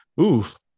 oof